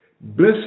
Bless